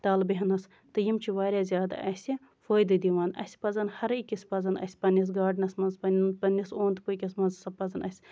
تَل بیہنَس تہٕ یِم چھِ واریاہ زیادٕ اَسہِ فٲیدٕ دِوان اَسہِ پَزَن ہَر أکِس پَزَن اَسہِ پَنٕنِس گاڈنَس منٛز پَنٕنِس اوٚند پٔکِس منٛز پَزَن اَسہِ